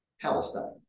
Palestine